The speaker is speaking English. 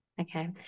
Okay